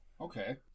Okay